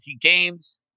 games